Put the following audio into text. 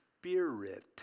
spirit